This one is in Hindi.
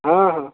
हाँ